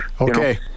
okay